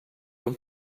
when